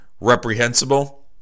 reprehensible